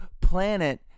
planet